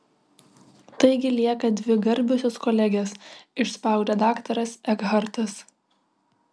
taigi lieka dvi garbiosios kolegės išspaudė daktaras ekhartas